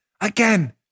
again